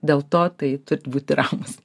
dėl to tai turit būti ramūs